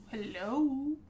Hello